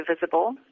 visible